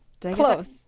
Close